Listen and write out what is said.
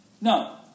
No